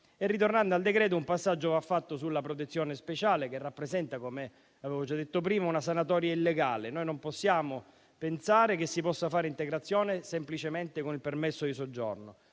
Tornando al decreto, un passaggio va fatto sulla protezione speciale, che, come ho già detto prima, rappresenta una sanatoria illegale: non possiamo pensare che si possa fare integrazione semplicemente con il permesso di soggiorno.